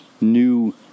new